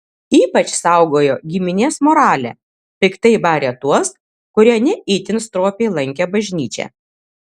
ypač saugojo giminės moralę piktai barė tuos kurie ne itin stropiai lankė bažnyčią